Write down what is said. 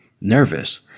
Nervous